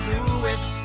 Lewis